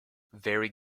very